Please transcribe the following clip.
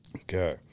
Okay